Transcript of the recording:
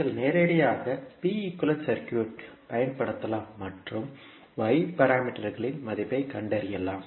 நீங்கள் நேரடியாக pi equivalent circuit பயன்படுத்தலாம் மற்றும் y பாராமீட்டரகளின் மதிப்பைக் கண்டறியலாம்